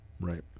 Right